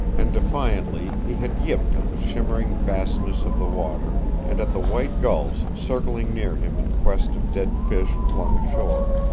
and defiantly he had yipped at the shimmering vastness of the water, and at the white gulls circling near him in quest of dead fish flung ashore.